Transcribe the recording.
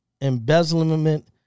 embezzlement